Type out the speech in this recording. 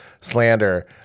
slander